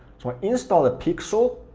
so i install the pixel,